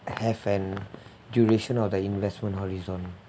I have an duration of the investment horizon